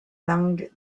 langue